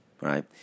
right